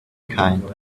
kind